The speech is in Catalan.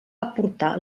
aportar